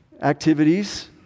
activities